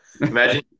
Imagine